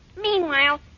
meanwhile